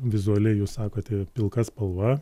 vizualiai jūs sakote pilka spalva